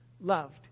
loved